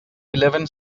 eleven